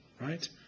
Right